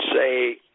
say